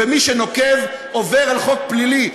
ומי שנוקב עובר על חוק פלילי,